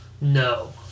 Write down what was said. No